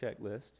checklist